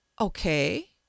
okay